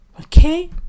Okay